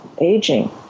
aging